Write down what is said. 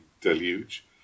deluge